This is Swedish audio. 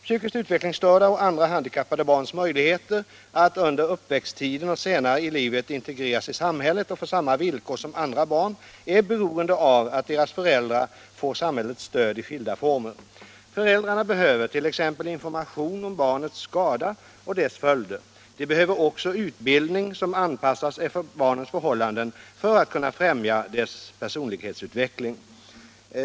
Psykiskt utvecklingsstörda och andra handikappade barns möjligheter att under uppväxttiden och senare i livet integreras i samhället och få samma villkor som andra barn är beroende av att deras föräldrar får samhällets stöd i skilda former. Föräldrarna behöver t.ex. information om barnets skada och dess följder. De behöver också utbildning, som anpassas efter barnets förhållanden, för att kunna främja dess personlighetsutveckling.